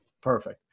perfect